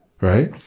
right